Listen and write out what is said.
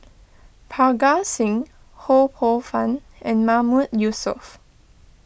Parga Singh Ho Poh Fun and Mahmood Yusof